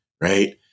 right